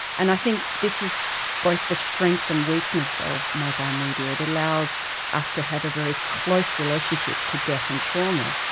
and i think this is both the strength and weakness of mobile media, it allows us to have a very close relationship to death and trauma,